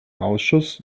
ausschuss